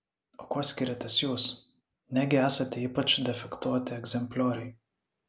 o kuo skiriatės jūs negi esate ypač defektuoti egzemplioriai